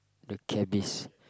the cabist